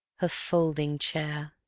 her folding chair!